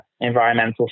environmental